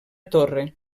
torre